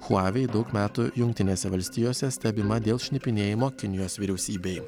huawei daug metų jungtinėse valstijose stebima dėl šnipinėjimo kinijos vyriausybei